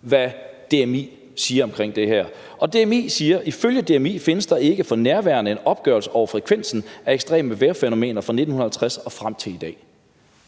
hvad DMI siger omkring det her, og DMI siger: Ifølge DMI findes der ikke for nærværende en opgørelse over frekvensen af ekstreme vejrfænomener for 1950 og frem til i dag.